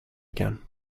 again